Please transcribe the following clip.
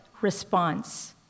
response